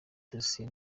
dosiye